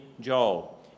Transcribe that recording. joel